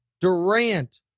Durant